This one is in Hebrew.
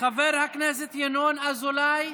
חבר הכנסת ינון אזולאי,